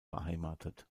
beheimatet